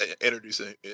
introducing